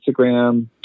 Instagram